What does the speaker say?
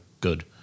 good